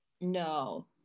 no